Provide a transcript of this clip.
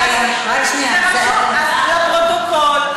לפרוטוקול,